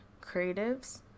creatives